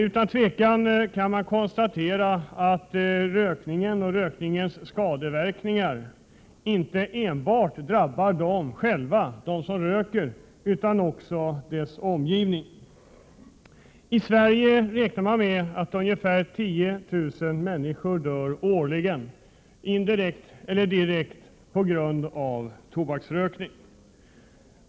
Man kan utan tvivel konstatera att rökningens skadeverkningar inte drabbar enbart dem som röker utan också deras omgivning. Man räknar med att ungefär 10 000 människor i Sverige årligen dör direkt eller indirekt på grund av tobaksrökning.